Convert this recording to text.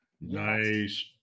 nice